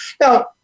Now